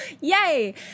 Yay